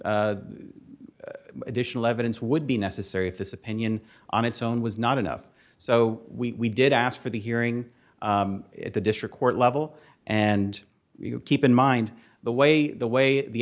additional evidence would be necessary if this opinion on its own was not enough so we did ask for the hearing at the district court level and you keep in mind the way the way the